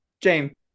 james